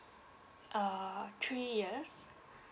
err three years